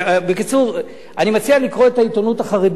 בקיצור, אני מציע לקרוא את העיתונות החרדית,